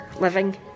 living